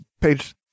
page